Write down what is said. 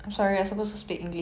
pot